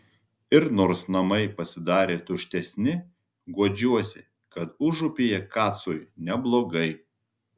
ir nors namai pasidarė tuštesni guodžiuosi kad užupyje kacui neblogai